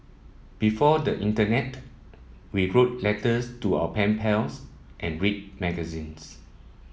before the internet we wrote letters to our pen pals and read magazines